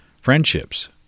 friendships